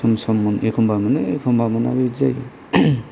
सम सम मोनो एखम्बा मोनो एखम्बा मोना बेबायदि जायो